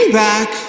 back